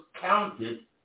counted